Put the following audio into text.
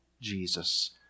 Jesus